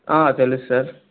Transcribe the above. తెలుసు సార్